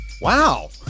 Wow